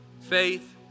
faith